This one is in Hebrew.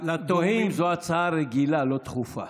זו הצעה רגילה, לא דחופה.